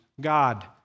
God